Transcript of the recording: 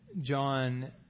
John